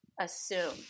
Assume